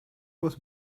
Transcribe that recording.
was